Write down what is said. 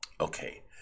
okay